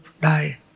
die